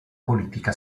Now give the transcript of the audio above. politica